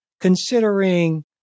considering